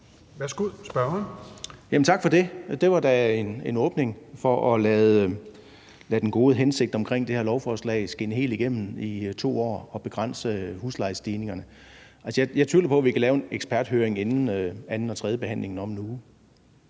Tak for det. Det var da en åbning i forhold til at lade den gode hensigt med det her lovforslag skinne helt igennem i 2 år og begrænse huslejestigningerne. Altså, jeg tvivler på, at vi kan lave en eksperthøring inden anden- og tredjebehandlingen om en uge.